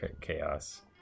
chaos